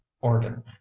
organ